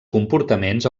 comportaments